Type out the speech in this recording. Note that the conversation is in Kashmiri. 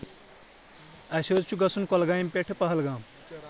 اَسہِ حظ چھُ گژھُن کۄلگامہِ پؠٹھٕ پہلگام